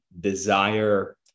desire